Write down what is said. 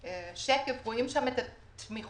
בשקף הזה רואים את התמיכות,